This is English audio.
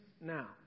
now